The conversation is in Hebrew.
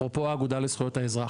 אפרופו האגודה לזכויות האזרח.